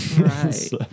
Right